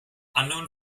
unknown